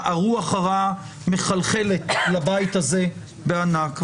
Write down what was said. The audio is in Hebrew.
הרוח הרעה מחלחלת לבית הזה בענק.